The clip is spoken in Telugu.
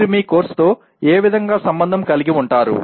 మీరు మీ కోర్సుతో ఏ విధంగా సంబంధం కలిగి ఉంటారు